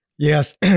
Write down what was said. Yes